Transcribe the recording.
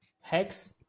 hex